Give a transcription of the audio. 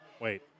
Wait